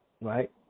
Right